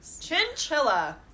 Chinchilla